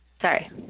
Sorry